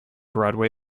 broadway